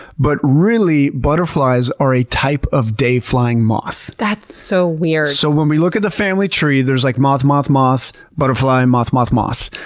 but really butterflies are a type of day-flying moth. that's so weird! so when we look at the family tree, there's like moth, moth, moth, butterfly, moth, moth, moth.